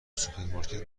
سوپرمارکت